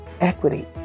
equity